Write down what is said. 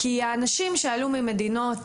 האנשים שעלו ממדינות